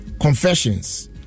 Confessions